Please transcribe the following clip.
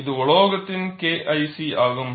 இது உலோகத்தின் KIC ஆகும்